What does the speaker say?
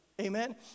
Amen